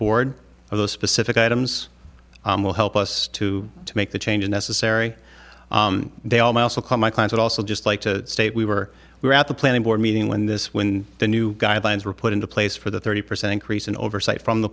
board of the specific items will help us to make the changes necessary they also call my client also just like to state we were we were at the planning board meeting when this when the new guidelines were put into place for the thirty percent increase in oversight from the